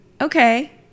Okay